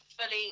fully